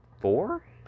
four